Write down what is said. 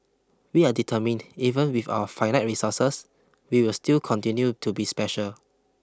we are determined even with our finite resources we will still continue to be special